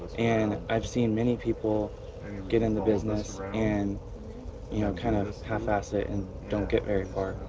and i've seen many people get in the business and you know, kind of half-ass it and don't get very far.